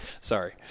sorry